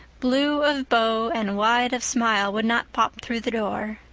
blue of bow and wide of smile, would not pop through the door.